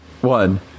one